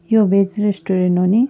यो भेज रेस्टुरेन्ट हो नि